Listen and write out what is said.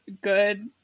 good